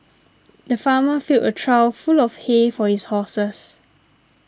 the farmer filled a trough full of hay for his horses